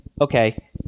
Okay